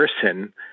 person